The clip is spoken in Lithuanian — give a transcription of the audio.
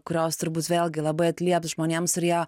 kurios turbūt vėlgi labai atlieps žmonėms ir jie